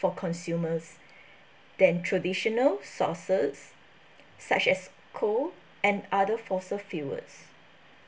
for consumers than traditional sources such as coal and other fossil fuels